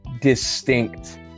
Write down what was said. distinct